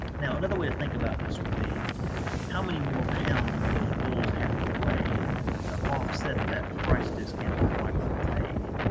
now another way to think about this would be how many more pounds would those bulls have to weigh to offset that price discount that are likely to take?